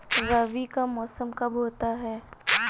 रबी का मौसम कब होता हैं?